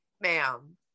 ma'am